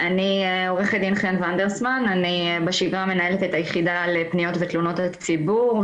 אני בשגרה מנהלת את היחידה לפניות ותלונות הציבור,